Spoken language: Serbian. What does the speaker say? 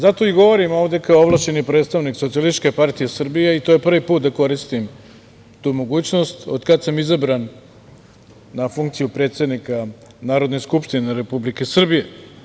Zato i govorim ovde kao ovlašćeni predstavnik Socijalističke partije Srbije i to je prvi put da koristim tu mogućnost od kad sam izabran na funkciju predsednika Narodne skupštine Republike Srbije.